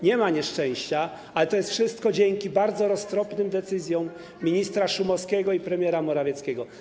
Nie ma nieszczęścia, ale to jest wszystko dzięki bardzo roztropnym decyzjom ministra Szumowskiego i premiera Morawieckiego.